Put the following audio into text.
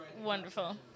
Wonderful